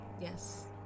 Yes